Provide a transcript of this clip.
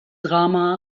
drama